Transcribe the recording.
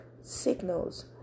signals